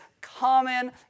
common